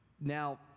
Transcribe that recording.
now